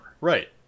Right